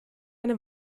eine